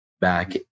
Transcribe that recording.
back